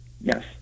Yes